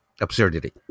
absurdity